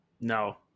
No